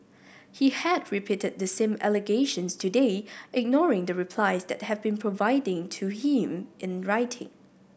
he has repeated the same allegations today ignoring the replies that have been providing to him in writing